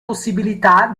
possibilità